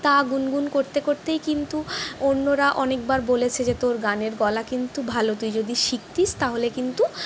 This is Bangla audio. তা গুনগুন করতে করতেই কিন্তু অন্যরা অনেকবার বলেছে যে তোর গানের গলা কিন্তু ভালো তুই যদি শিখতিস তাহলে কিন্তু